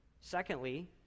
Secondly